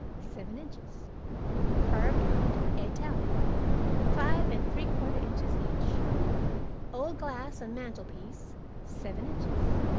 seven inches carved-wood italian five and three quarter inches each old glass on mantelpiece seven inches.